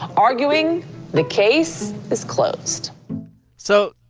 arguing the case is closed so,